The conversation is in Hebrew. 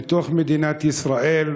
בתוך מדינת ישראל,